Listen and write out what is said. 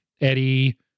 Eddie